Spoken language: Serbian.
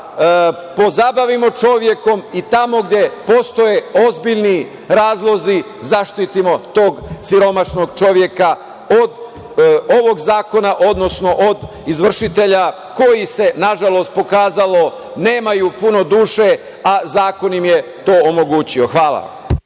pozabavimo čovekom i tamo gde postoje ozbiljni razlozi zaštitimo tog siromašnog čoveka od ovog zakona, odnosno od izvršitelja koji se nažalost pokazalo da nemaju puno dušu, a zakon im je to omogućio. Hvala.